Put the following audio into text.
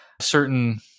certain